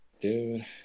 dude